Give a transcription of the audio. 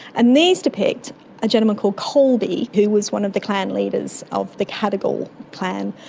and these depict a gentleman called colbee who was one of the clan leaders of the cadigal clan,